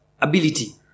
ability